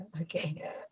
Okay